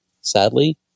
sadly